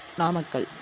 Namakkal